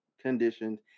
conditions